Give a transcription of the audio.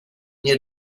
near